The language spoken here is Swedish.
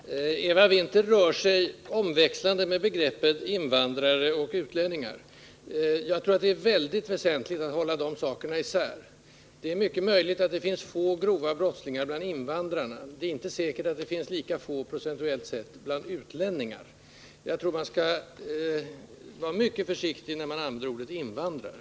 Herr talman! Eva Winther rör sig omväxlande med begreppen invandrare och utlänningar. Jag tror att det är väldigt väsentligt att hålla de sakerna isär. Det är mycket möjligt att det finns få grova brottslingar bland invandrarna. Det är inte säkert att det finns lika få, procentuellt sett, bland utlänningar. Jag tror att man skall vara mycket försiktig när man använder ordet invandrare.